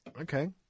Okay